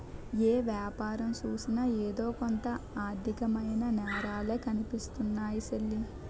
ఏ యాపారం సూసినా ఎదో కొంత ఆర్దికమైన నేరాలే కనిపిస్తున్నాయ్ సెల్లీ